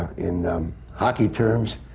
in hockey terms,